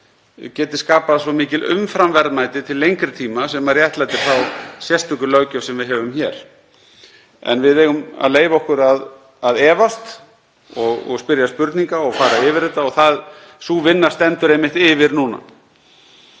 geti skapað svo mikil umfram verðmæti til lengri tíma sem réttlæti þá sérstöku löggjöf sem við höfum hér. En við eigum að leyfa okkur að efast og spyrja spurninga og fara yfir þetta og sú vinna stendur einmitt yfir núna.